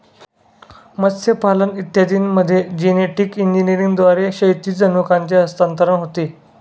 मत्स्यपालन इत्यादींमध्ये जेनेटिक इंजिनिअरिंगद्वारे क्षैतिज जनुकांचे हस्तांतरण होते